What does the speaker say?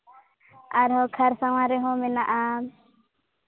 ᱟᱨᱦᱚᱸ ᱠᱷᱟᱨᱥᱟᱣᱟ ᱨᱮᱦᱚᱸ ᱢᱮᱱᱟᱜᱼᱟ